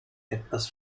etwas